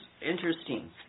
interesting